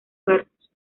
barcos